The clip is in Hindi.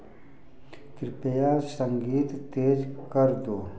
कृपया संगीत तेज़ कर दो